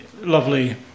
lovely